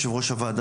יושב ראש הוועדה,